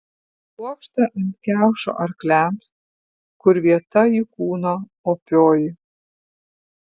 kuokštą ant kiaušo arkliams kur vieta jų kūno opioji